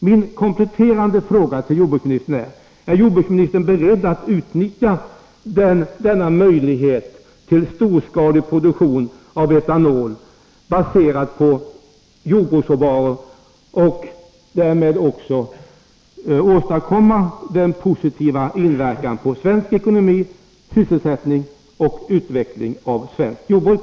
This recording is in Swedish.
Min kompletterande fråga till jordbruksministern blir: Är jordbruksministern beredd att utnyttja den möjlighet som storskalig produktion av etanol, baserad på jordbruksråvaror, innebär för svensk ekonomi, svensk sysselsättning och utveckling av svenskt jordbruk?